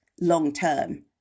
long-term